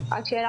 לא יאומן.